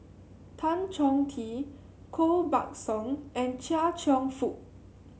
Tan Chong Tee Koh Buck Song and Chia Cheong Fook